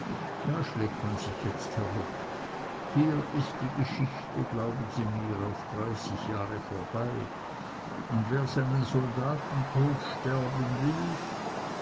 da schlägt man sich jetzt herum hier ist die geschichte glauben sie mir auf dreißig jahre vorbei und wer seinen soldatentod sterben will